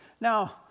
Now